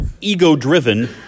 ego-driven